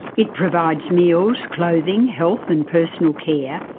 it provides meals, clothing, health and personal care,